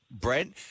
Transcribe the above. Brent